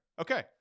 okay